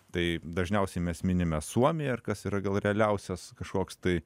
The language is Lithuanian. tai dažniausiai mes minime suomiją ar kas yra gal realiausias kažkoks tai